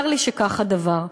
צר לי שכך הדבר.